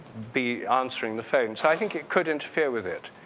be answering the phone. so, i think it could interfere with it.